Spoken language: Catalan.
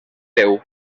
déu